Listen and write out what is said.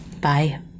Bye